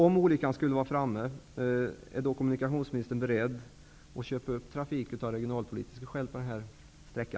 Om olyckan skulle vara framme, är kommunikationsministern då beredd att av regionalpolitiska skäl köpa upp trafik på denna sträcka?